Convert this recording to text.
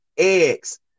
eggs